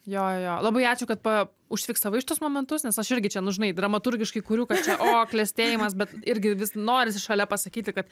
jojo labai ačiū kad pa užfiksavai šituos momentus nes aš irgi čia nu žinai dramaturgiškai kurių kad čia o klestėjimas bet irgi vis norisi šalia pasakyti kad